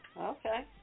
Okay